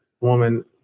woman